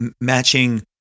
matching